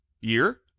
year